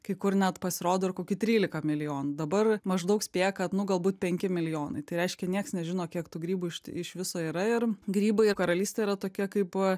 kai kur net pasirodo ir koki trylika milijonų dabar maždaug spėja kad nu galbūt penki milijonai tai reiškia nieks nežino kiek tų grybų iš iš viso yra ir grybų karalystė yra tokia kaip